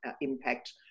impact